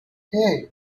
hey